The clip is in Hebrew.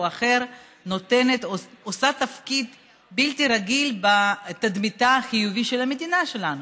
אחר יש שלה תפקיד בלתי רגיל בתדמיתה החיובית של המדינה שלנו.